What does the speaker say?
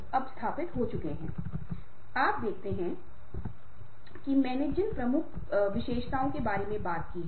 और सहानुभूति निर्माण और प्रतिभा को बनाए रखने में एक विशेषज्ञता है